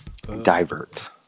Divert